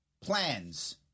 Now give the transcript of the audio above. plans